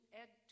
add